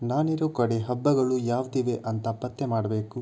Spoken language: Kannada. ನಾನಿರೋ ಕಡೆ ಹಬ್ಬಗಳು ಯಾವುದಿವೆ ಅಂತ ಪತ್ತೆ ಮಾಡಬೇಕು